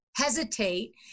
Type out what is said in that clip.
Hesitate